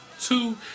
two